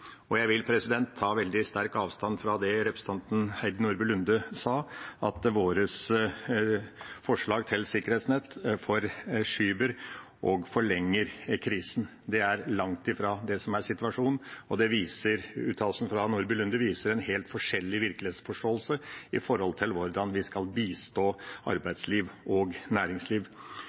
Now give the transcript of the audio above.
Jeg vil ta veldig sterkt avstand fra det representanten Heidi Nordby Lunde sa, at våre forslag til sikkerhetsnett forskyver og forlenger krisen. Det er langt fra det som er situasjonen, og uttalelsen fra Nordby Lunde viser en helt forskjellig virkelighetsforståelse av hvordan vi skal bistå arbeidsliv og næringsliv.